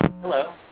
Hello